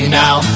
now